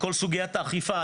כל סוגיית האכיפה,